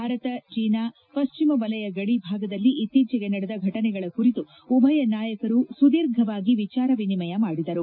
Bharat China ಪಶ್ಚಿಮ ವಲಯ ಗದಿ ಭಾಗದಲ್ಲಿ ಇತ್ತೀಚೆಗೆ ನಡೆದ ಘಟನೆಗಳ ಕುರಿತು ಉಭಯ ನಾಯಕರು ಸುಧೀರ್ಘವಾಗಿ ವಿಚಾರ ವಿನಿಮಯ ನಡೆಸಿದರು